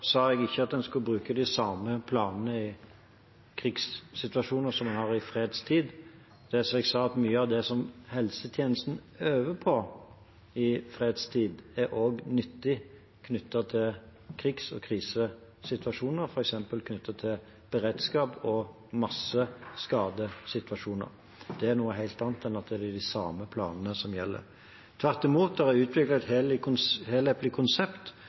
sa jeg ikke at en skulle bruke de samme planene i krigssituasjoner som en har i fredstid. Det jeg sa, er at mye av det som helsetjenesten øver på i fredstid, også er nyttig knyttet til krigs- og krisesituasjoner, f.eks. knyttet til beredskaps- og masseskadesituasjoner. Det er noe helt annet enn at det er de samme planene som gjelder. Tvert imot er det utviklet et